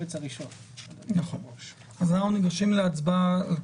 "תוספת תוספת (תקנה 8 ו-9) טור א' העבירות המינהליות